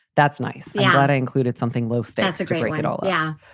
that's nice. yeah but i included something low stance, a great we could all. yeah.